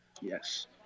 yes